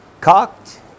cocked